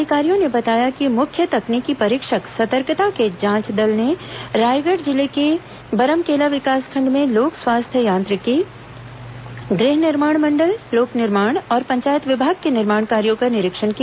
अधिकारियों ने बताया कि मुख्य तकनीकी परीक्षक सतर्कता के जांच दल ने रायगढ़ जिले के बरमकेला विकासखण्ड में लोक स्वास्थ्य यांत्रिकी गृह निर्माण मंडल लोक निर्माण और पंचायत विभाग के निर्माण कार्यों का निरीक्षण किया